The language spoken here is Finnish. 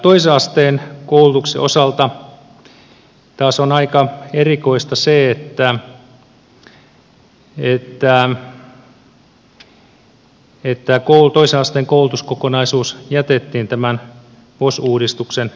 toisen asteen koulutuksen osalta taas on aika erikoista se että toisen asteen koulutuskokonaisuus jätettiin tämän vos uudistuksen ulkopuolelle